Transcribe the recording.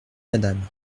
madame